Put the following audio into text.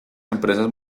empresas